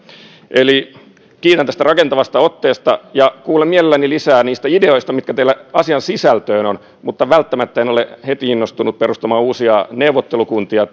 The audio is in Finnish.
eli kiitän tästä rakentavasta otteesta ja kuulen mielelläni lisää niistä ideoista mitä teillä asian sisältöön on mutta välttämättä en ole heti innostunut perustamaan uusia neuvottelukuntia